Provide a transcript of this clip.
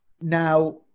Now